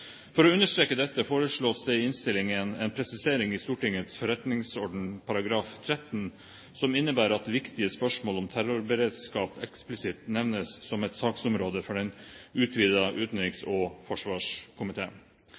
For å understreke dette foreslås det i innstillingen en presisering i Stortingets forretningsorden § 13 som innebærer at viktige spørsmål om terrorberedskap eksplisitt nevnes som et saksområde for den utvidede utenriks-